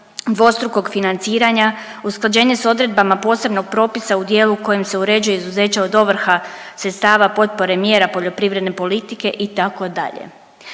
dvostrukog financiranja, usklađenje s odredbama posebnog propisa u dijelu u kojem se uređuje izuzeće od ovrha sredstava potpore mjera poljoprivredne politike itd..